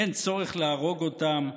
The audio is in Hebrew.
אין צורך להרוג אותם.